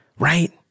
right